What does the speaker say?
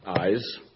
eyes